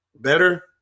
better